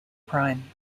prime